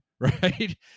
right